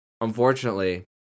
unfortunately